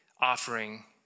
offering